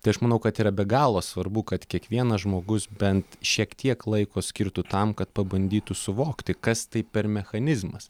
tai aš manau kad yra be galo svarbu kad kiekvienas žmogus bent šiek tiek laiko skirtų tam kad pabandytų suvokti kas tai per mechanizmas